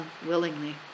unwillingly